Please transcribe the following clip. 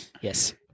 Yes